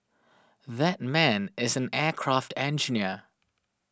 that man is an aircraft engineer